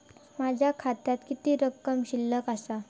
माझ्या खात्यात किती रक्कम शिल्लक आसा?